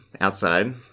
outside